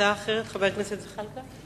הצעה אחרת, חבר הכנסת זחאלקה.